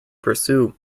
pursue